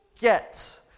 get